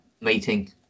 meeting